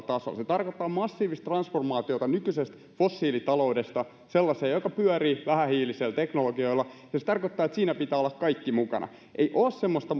tasolla se tarkoittaa massiivista transformaatiota nykyisestä fossiilitaloudesta sellaiseen joka pyörii vähähiilisillä teknologioilla ja se tarkoittaa että siinä pitää olla kaikkien mukana ei ole semmoista